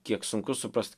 kiek sunku suprast